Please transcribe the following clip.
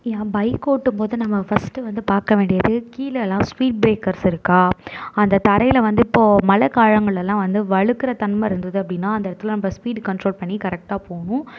என் bike ஓட்டும்போது நம்ம first வந்து பார்க்கவேண்டியது கீழேலாம் ஸ்பீடு ஸ்பிரேக்கர்ஸ் இருக்கா அந்த தரையில் வந்து இப்போ மழைக்காலங்கள் எல்லாம் வந்து வழுக்கிற தன்மை இருந்தது அப்படினா அந்த இடத்துலெலாம் ஸ்பீடு கன்ட்ரோல் பண்ணி கரெட்டாக போகணும்